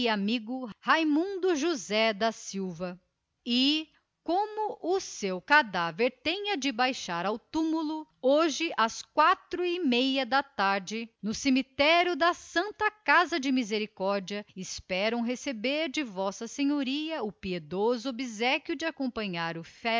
amigo raimundo josé da silva e como o seu cadáver tenha de baixar ao túmulo hoje as quatro e meia da tarde no cemitério da santa casa de misericórdia esperam receber de v s a o piedoso obséquio de acompanhar o